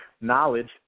Knowledge